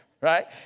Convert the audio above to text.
right